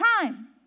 time